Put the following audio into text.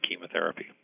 chemotherapy